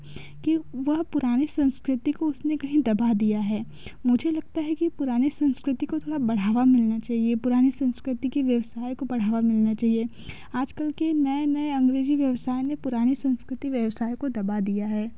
की वह पुराने संस्कृति को उसने कहीं दबा दिया है मुझे लगता है की पुराने संस्कृति को थोड़ा बढ़ावा मिलना चाहिए पुराने संस्कृति के व्यवसाय को बढ़ावा मिलना चाहिए आज कल के नए नए अंगरेजी व्यवसाय ने पुराने संस्कृति व्यवसाय को दबा दिया है